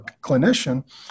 clinician